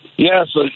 Yes